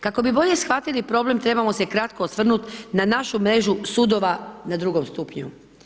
Kako bi bolje shvatili problem, trebamo se kratko osvrnuti na našu mrežu sudova na drugom stupnju.